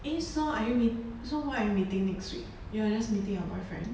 eh so are you meet~ so where are you meeting next week you know just meeting your boyfriend